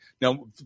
Now